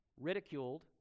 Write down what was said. ridiculed